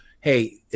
hey